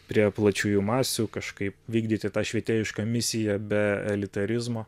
prie plačiųjų masių kažkaip vykdyti tą švietėjišką misiją be elitarizmo